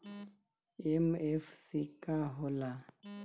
MFC का हो़ला?